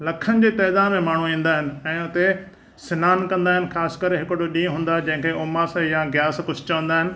लखनि जी तइदाद में माण्हू ईंदा आहिनि ऐं उते सनानु कंदा आहिनि ख़ासि करे हिकिड़ो ॾींहुं हूंदो आहे जंहिंखे उमास या ग्यारसि कुझु चवंदा आहिनि